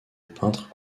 peintres